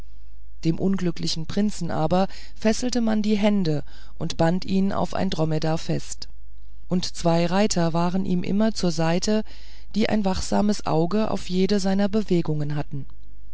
dem unglücklichen prinzen aber fesselte man die hände und band ihn auf ein drometar fest und zwei reiter waren ihm immer zur seite die ein wachsames auge auf jede seiner bewegungen hatten